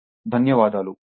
చాలా ధన్యవాదాలు